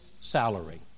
salary